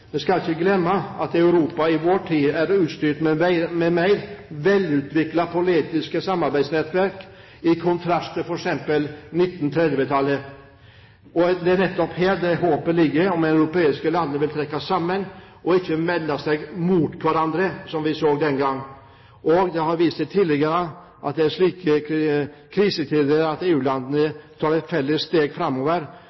ikke skal glemme at Europa i vår tid er utstyrt med mer velutviklede politiske samarbeidsnettverk, i kontrast til f.eks. 1930-tallet. Det er nettopp her håpet ligger om at de europeiske landene vil trekke sammen og ikke vende seg mot hverandre, som vi så den gang. Det har vist seg tidligere at det er i slike krisetider at